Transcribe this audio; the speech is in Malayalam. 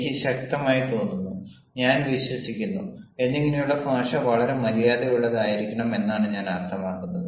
എനിക്ക് ശക്തമായി തോന്നുന്നു ഞാൻ വിശ്വസിക്കുന്നു എന്നിങ്ങനെയുള്ള ഭാഷ വളരെ മര്യാദയുള്ളതായിരിക്കണം എന്നാണ് ഞാൻ അർത്ഥമാക്കുന്നത്